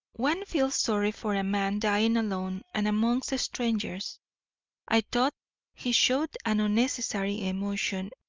one feels sorry for a man dying alone and amongst strangers i thought he showed an unnecessary emotion,